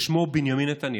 ששמו בנימין נתניהו,